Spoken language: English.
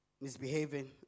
misbehaving